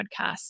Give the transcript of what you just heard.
podcast